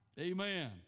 amen